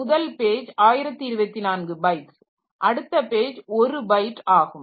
முதல் page 1024 bytes அடுத்த page 1 byte ஆகும்